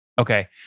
Okay